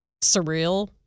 surreal